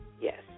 Yes